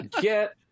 Get